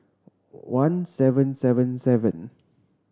one seven seven seven